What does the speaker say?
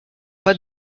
pas